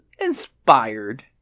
inspired